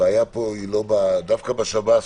דווקא בשב"ס,